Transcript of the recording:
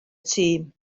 tîm